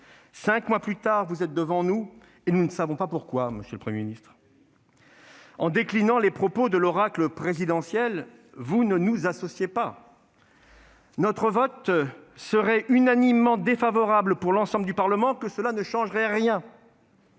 Cinq mois plus tard, vous êtes devant nous et nous ne savons pas pourquoi, monsieur le Premier ministre. En déclinant les propos de l'oracle présidentiel, vous ne nous associez pas. Le vote du Parlement serait unanimement défavorable que cela ne changerait rien